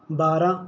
ਬਾਰ੍ਹਾਂ